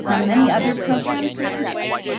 um any other programs to mention?